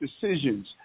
decisions